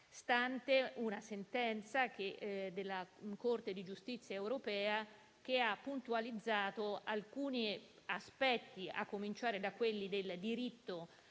stante una sentenza della Corte di giustizia europea che ha puntualizzato alcuni aspetti, a cominciare da quelli del diritto